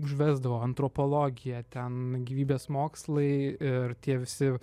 užvesdavo antropologija ten gyvybės mokslai ir tie visi